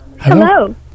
Hello